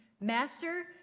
Master